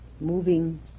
moving